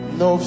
no